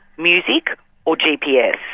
music or gps.